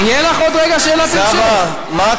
בימים האחרונים,